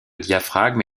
diaphragme